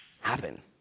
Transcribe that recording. happen